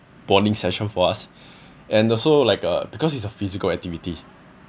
bonding session for us and also like uh because it's a physical activity